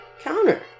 counter